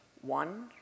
one